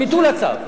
ביטול הצו.